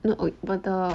no but the